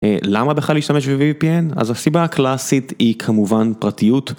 למה בכלל להשתמש ב-VPN? אז הסיבה הקלאסית היא כמובן פרטיות.